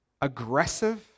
aggressive